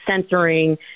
censoring